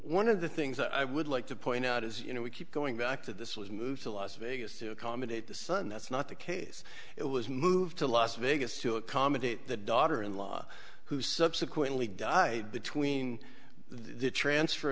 one of the things i would like to point out is you know we keep going back to this was moved to las vegas to accommodate the sun that's not the case it was moved to las vegas to accommodate the daughter in law who subsequently died between the transfer